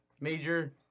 major